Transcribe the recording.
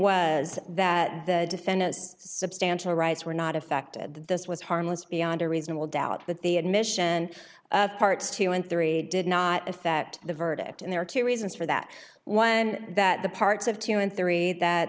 was that the defendant substantial rights were not affected that this was harmless beyond a reasonable doubt that the admission of parts two dollars and three dollars did not if that the verdict and there are two reasons for that one that the parts of two and three that